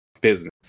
business